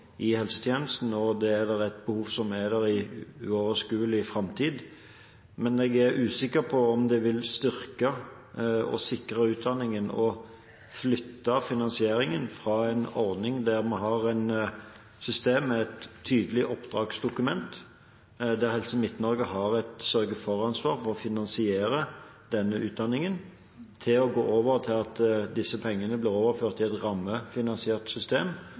i helsetjenesten. Og det er et behov som er der i uoverskuelig framtid. Men jeg er usikker på om det vil styrke og sikre utdanningen å flytte finansieringen fra en ordning, der vi har et system med et tydelig oppdragsdokument, og der Helse Midt-Norge har et sørge for-ansvar for å finansiere denne utdanningen og gå over til at disse pengene blir overført i et rammefinansiert system,